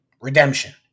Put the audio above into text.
Redemption